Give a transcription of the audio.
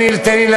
הציוני?